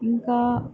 ఇంకా